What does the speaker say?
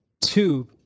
two